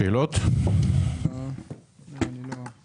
אני רוצה